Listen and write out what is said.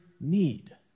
need